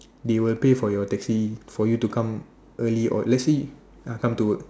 they will pay for your taxi for you to come early or let's say ah come to work